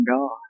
God